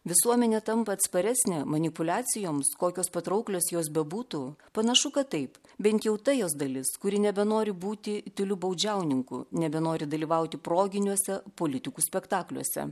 visuomenė tampa atsparesnė manipuliacijoms kokios patrauklios jos bebūtų panašu kad taip bent jau ta jos dalis kuri nebenori būti tyliu baudžiauninku nebenori dalyvauti proginiuose politikų spektakliuose